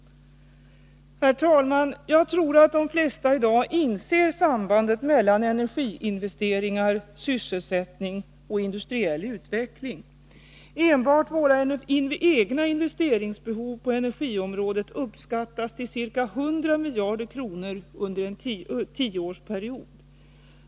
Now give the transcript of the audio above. Herr talman! Jag tror att de flesta i dag inser sambandet mellan energiinvesteringar, sysselsättning och industriell utveckling. Enbart våra egna investeringsbehov på energiområdet uppskattas till ca 100 miljarder kronor under en tioårsperiod.